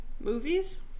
movies